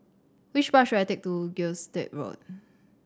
which bus should I take to Gilstead Road